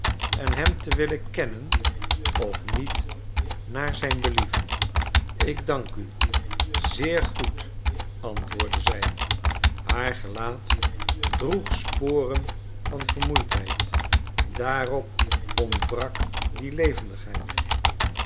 en hem te willen kennen of niet naar zijn believen ik dank u zeer goed antwoordde zij haar gelaat droeg sporen van vermoeidheid daarop ontbrak die levendigheid